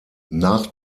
nach